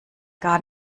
gar